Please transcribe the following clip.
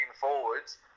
forwards